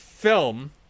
Film